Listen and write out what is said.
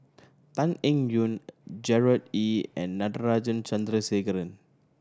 Tan Eng Yoon Gerard Ee and Natarajan Chandrasekaran